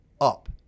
up